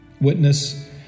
Witness